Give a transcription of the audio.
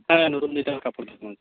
হ্যাঁ নতুনডিহিতে আমার কাপড়ের দোকান